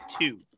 two